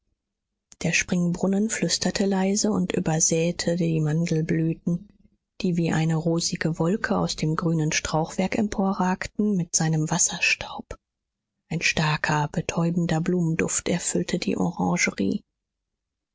der springbrunnen flüsterte leise und übersäete die mandelblüten die wie eine rosige wolke aus dem grünen strauchwerk emporragten mit feinem wasserstaub ein starker betäubender blumenduft erfüllte die orangerie